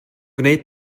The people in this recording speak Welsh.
gwneud